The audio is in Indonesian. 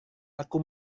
aku